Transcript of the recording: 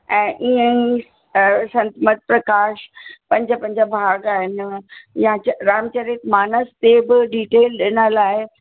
ऐं ईअं ई संतमत प्रकाश पंज पंज भाॻ आहिनि यां च रामचरित मानस ते बि डीटेल ॾिनल आहे